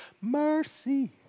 mercy